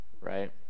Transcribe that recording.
right